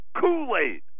Kool-Aid